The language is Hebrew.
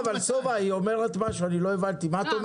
אני לא יודע.